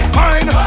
fine